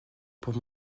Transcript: pour